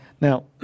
now